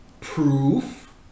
proof